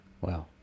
wow